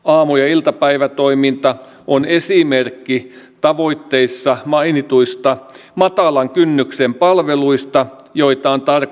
aamu ja iltapäivätoiminta on esimerkki tavoitteissa mainituista matalan kynnyksen palveluista joita on tarkoitus vahvistaa